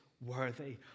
worthy